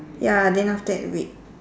ya then after that red